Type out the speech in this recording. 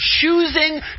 choosing